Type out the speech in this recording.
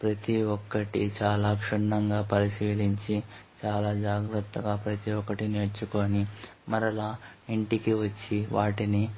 ప్రతి ఒక్కటి చాలా క్షుణ్ణంగా పరిశీలించి చాలా జాగ్రత్తగా ప్రతి ఒకటి నేర్చుకొని మరల ఇంటికి వచ్చి వాటిని